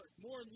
More